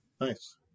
Nice